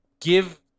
give